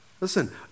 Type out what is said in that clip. listen